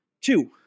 Two